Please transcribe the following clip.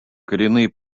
коренные